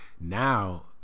Now